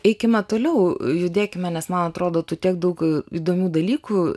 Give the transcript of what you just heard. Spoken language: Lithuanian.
eikime toliau judėkime nes man atrodo tu tiek daug įdomių dalykų